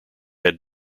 had